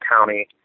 county